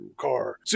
car